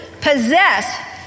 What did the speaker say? Possess